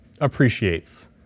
appreciates